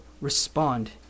respond